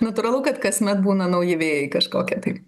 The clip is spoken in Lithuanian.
natūralu kad kasmet būna nauji vėjai kažkokie tai